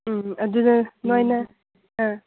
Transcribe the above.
ꯎꯝ ꯑꯗꯨꯗ ꯅꯣꯏꯅ ꯑꯥ